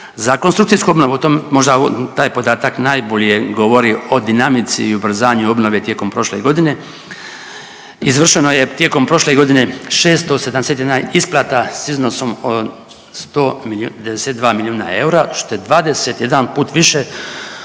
Za konstrukcijsku obnovu, možda taj podatak najbolje govori o dinamici i ubrzanju obnove tijekom prošle godine, izvršeno je tijekom prošle godine 671 isplata s iznosom od 192 milijuna eura, što je 21 put više